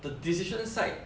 the decision side